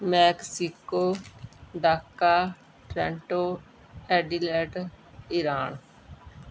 Mexico Dhaka Toronto Adelaide Iran